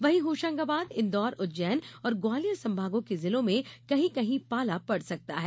वही होशंगाबाद इंदौर उज्जैन और ग्वालियर संभागों के जिलों में कहीं कहीं पाला पड सकता है